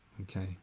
Okay